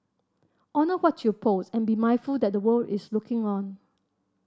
honour what you post and be mindful that the world is looking on